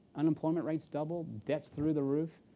unemployment rate's double debt's through the roof.